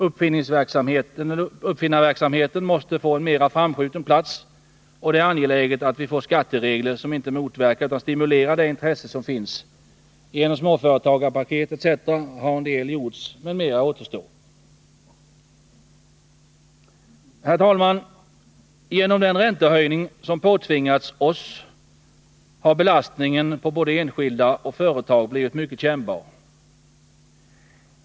Uppfinnarverksamheten måste få en mer framskjuten plats, och det är angeläget att vi får skatteregler som inte motverkar utan stimulerar det intresse som finns. Genom småföretagarpaket etc. har en del gjorts, men mer återstår. Genom den räntehöjning som påtvingats oss har belastningen på både enskilda och företag blivit mycket kännbar.